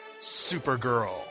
Supergirl